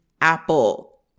Apple